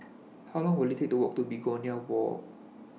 How Long Will IT Take to Walk to Begonia Walk